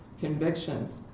convictions